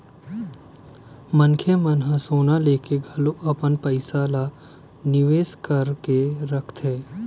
मनखे मन ह सोना लेके घलो अपन पइसा ल निवेस करके रखथे